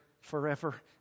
forever